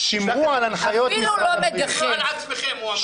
אפילו הוא לא מגחך...